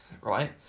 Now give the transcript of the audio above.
right